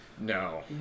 No